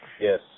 Yes